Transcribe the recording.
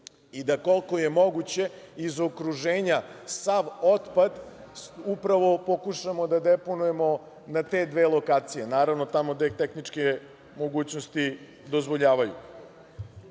i da koliko je moguće iz okruženja sav otpad upravo pokušamo da deponujemo na te dve lokacije. Naravno, tamo gde tehničke mogućnosti dozvoljavaju. Generalno,